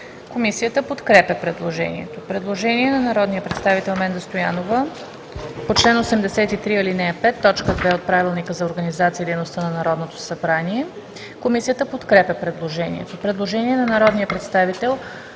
Комисията подкрепя предложението. Предложение на народния представител Менда Стоянова по чл. 83, ал. 5, т. 2 от Правилника за организацията и дейността на Народното събрание. Комисията подкрепя предложението. Предложение на народния представител Корнелия Нинова